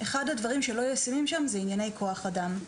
אחד הדברים שלא ישימים שם הוא ענייני כוח אדם.